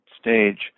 stage